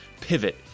Pivot